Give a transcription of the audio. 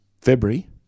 February